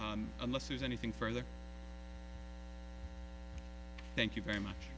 reply unless there's anything further thank you very much